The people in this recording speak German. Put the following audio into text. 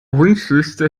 wunschliste